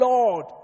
Lord